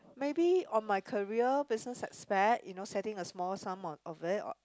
maybe on my career business aspect you know setting a sum of of it or